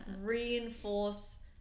reinforce